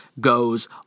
goes